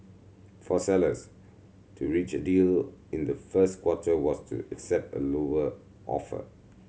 for sellers to reach a deal in the first quarter was to accept a lower offer